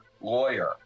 lawyer